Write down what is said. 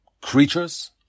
creatures